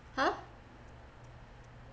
!huh!